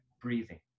breathing